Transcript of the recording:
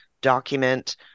document